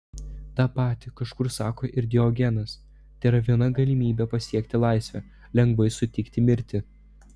tą patį kažkur sako ir diogenas tėra viena galimybė pasiekti laisvę lengvai sutikti mirtį